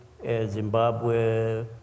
Zimbabwe